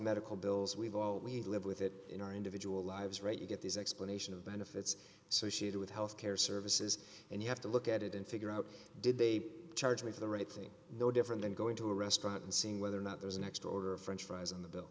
medical bills we've all we live with it in our individual lives right you get these explanation of benefits so she did with health care services and you have to look at it and figure out did they charge me for the right thing no different than going to a restaurant and seeing whether or not there's an extra order of french fries on the bill